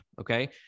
Okay